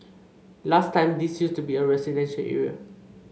last time this used to be a residential area